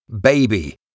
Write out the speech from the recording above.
Baby